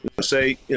Say